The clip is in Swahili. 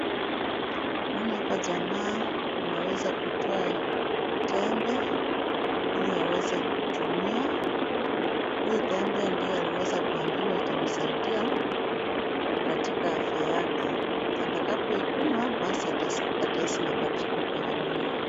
Naona hapo jamaa ameweza kutoa tembe ili aweze kutumia. Hii tembe ndio aliweza kuambiwa itamsaidia katika afya yake. Atakapoikunywa basi atahisi mabadiliko kwenye mwili.